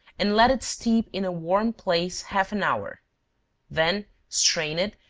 and let it steep in a warm place half an hour then strain it,